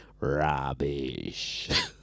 Rubbish